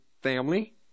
family